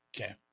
Okay